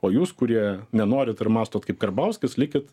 o jūs kurie nenorit ir mąstot kaip karbauskis likit